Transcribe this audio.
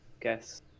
guess